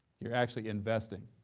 you're actually investing.